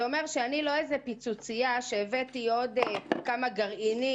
זה אומר שאני לא איזה פיצוציה שהבאתי עוד כמה גרעינים